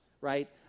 right